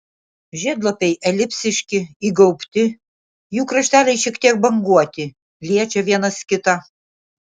žiedlapiai elipsiški įgaubti jų krašteliai šiek tiek banguoti liečia vienas kitą